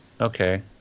Okay